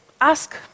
ask